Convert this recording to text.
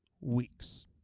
weeks